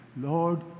Lord